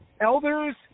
Elders